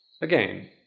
Again